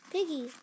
Piggy